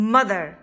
Mother